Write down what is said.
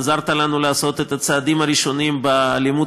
עזרת לנו לעשות את הצעדים הראשונים בלימוד